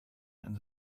and